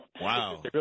Wow